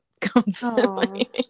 constantly